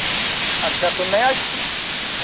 अच्छा तो नया इस्कूल